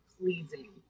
pleasing